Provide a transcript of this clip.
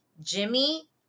Jimmy